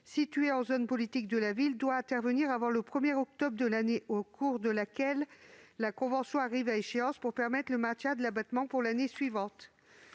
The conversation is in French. de la politique de la ville, doit intervenir avant le 1 octobre de l'année au cours de laquelle la convention arrive à échéance pour permettre le maintien de l'abattement pour l'année suivante.